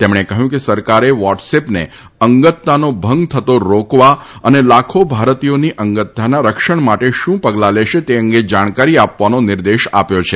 તેમણે કહ્યું કે સરકારે વોટ્સએપને અંગતતાનો ભંગ થતો રોકવા અને લાખો ભારતીયોની અંગતતાના રક્ષણ માટે શું પગલાં લેશે તે અંગે જાણકારી આપવાનો નિર્દેશ આપ્યો છે